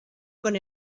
con